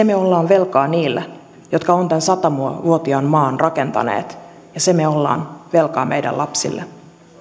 me olemme velkaa niille jotka ovat tämän sata vuotiaan maan rakentaneet ja sen me olemme velkaa meidän lapsillemme